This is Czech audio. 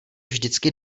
vždycky